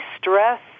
stress